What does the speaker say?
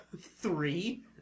Three